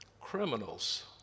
criminals